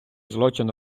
злочин